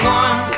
one